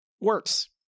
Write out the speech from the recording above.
Works